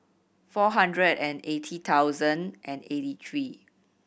four hundred and eighty thousand and eighty three